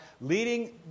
leading